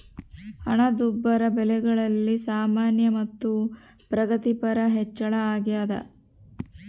ಹಣದುಬ್ಬರ ಬೆಲೆಗಳಲ್ಲಿ ಸಾಮಾನ್ಯ ಮತ್ತು ಪ್ರಗತಿಪರ ಹೆಚ್ಚಳ ಅಗ್ಯಾದ